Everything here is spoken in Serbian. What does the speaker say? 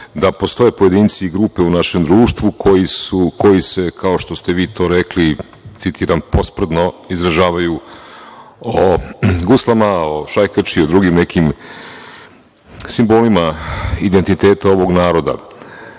da postoje pojedinci, grupe u našem društvu, koji se, kao što ste vi to rekli, citiram – posprdno, izražavaju o guslama, o šajkači, o drugim nekim simbolima identiteta ovog naroda. Znate,